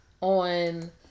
on